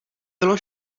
bylo